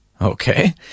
Okay